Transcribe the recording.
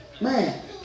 Man